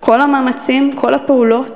כל המאמצים, כל הפעולות